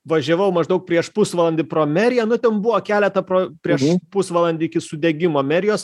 važiavau maždaug prieš pusvalandį pro meriją nu ten buvo keletą pro prieš pusvalandį iki sudegimo merijos